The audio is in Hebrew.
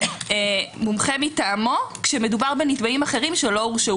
מומחה מטעמו כשמדובר בנתבעים אחרים שלא הורשעו.